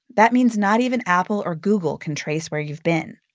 that means not even apple or google can trace where you've been.